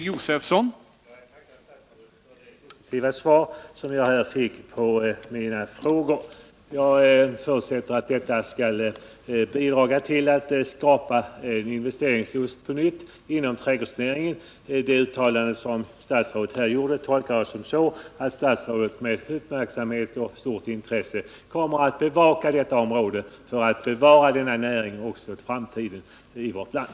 Herr talman! Jag tackar statsrådet för de positiva svar som jag här fick på mina frågor. Jag förutsätter att detta skall bidra till att på nytt skapa investeringslust inom trädgårdsnäringen. Det uttalande som statsrådet här gjorde tolkar jag så, att statsrådet med uppmärksamhet och stort intresse kommer att bevaka detta område för att också i framtiden bevara denna näring i vårt land.